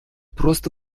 просто